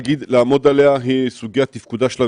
הפורום מורכב אך ורק כדי שנוכל להבין יחד איך לצלוח את